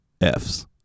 F's